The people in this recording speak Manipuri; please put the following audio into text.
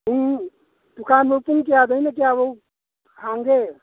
ꯄꯨꯡ ꯗꯨꯀꯥꯟꯗꯣ ꯄꯨꯡ ꯀꯌꯥꯗꯩꯅ ꯀꯌꯥꯐꯥꯎ ꯍꯥꯡꯒꯦ